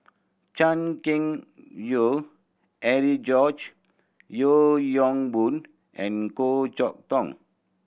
Chan Keng Howe Harry George Yeo Yong Boon and Goh Chok Tong